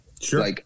Sure